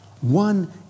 one